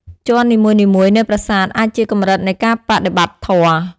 ជាន់នីមួយៗនៃប្រាសាទអាចជាកម្រិតនៃការបដិបត្តិធម៌។